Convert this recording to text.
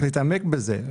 להתעמק בזה,